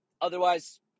Otherwise